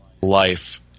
life